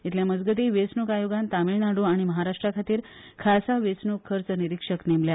इतले मजगती वेचणूक आयोगान तामीळनाड्र आनी महाराष्ट्राखातीर खासा वेचणूक खर्च निरीक्षक नेमल्या